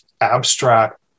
abstract